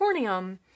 corneum